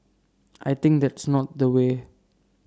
I think that's not the way